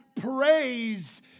praise